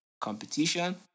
competition